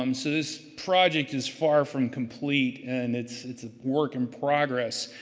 um so, this project is far from complete, and it's it's a work in progress.